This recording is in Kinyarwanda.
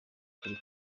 kuri